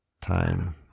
time